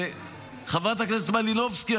חברת הכנסת מלינובסקי,